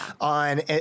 on